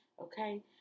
okay